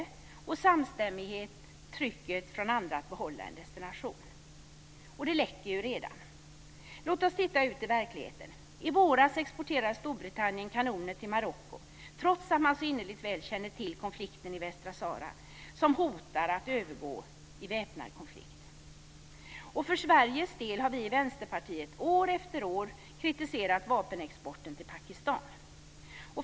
Vidare är det fråga om samstämmigheten och trycket från andra att behålla en destination. Det läcker redan. Låt oss titta ut i verkligheten: I våras exporterade Storbritannien kanoner till Marocko, trots att man så innerligt väl känner till konflikten i Västsahara som hotar att övergå i väpnad konflikt. För Sveriges del har vi i Vänsterpartiet år efter år kritiserat vapenexporten till Pakistan.